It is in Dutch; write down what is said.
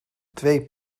twee